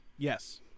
Yes